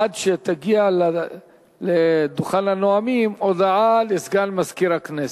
עד שתגיע לדוכן הנואמים, הודעה לסגן מזכיר הכנסת.